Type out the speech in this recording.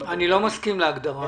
אני לא מסכים להגדרה הזאת.